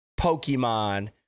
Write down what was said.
pokemon